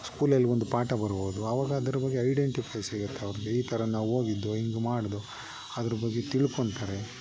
ಸ್ಕೂಲಲ್ಲಿ ಒಂದು ಪಾಠ ಬರ್ಬೋದು ಆವಾಗ ಅದ್ರ ಬಗ್ಗೆ ಐಡೆಂಟಿಫೈ ಸಿಗುತ್ತೆ ಅವ್ರಿಗೆ ಈ ಥರ ನಾವು ಹೋಗಿದ್ವೋ ಹಿಂಗೆ ಮಾಡ್ದೋ ಅದ್ರ ಬಗ್ಗೆ ತಿಳ್ಕೊಳ್ತಾರೆ